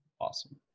Awesome